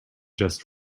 just